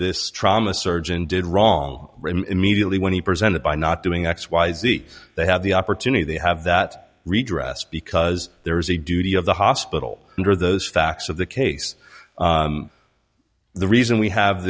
this trauma surgeon did wrong immediately when he presented by not doing x y z they have the opportunity they have that redress because there is a duty of the hospital under those facts of the case the reason we have